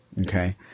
Okay